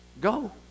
go